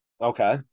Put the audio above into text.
Okay